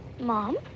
Mom